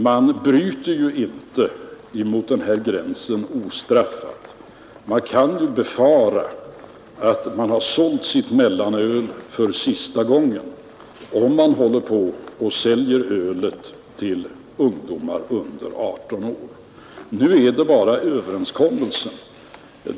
Man bryter ju inte mot den här gränsen ostraffat — man kan befara att man har sålt sitt mellanöl för sista gången, om man håller på och säljer ölet till ungdomar under 18 år. Nu är det bara överenskommelsen som finns.